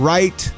Right